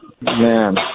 man